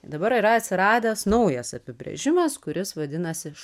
dabar yra atsiradęs naujas apibrėžimas kuris vadinasi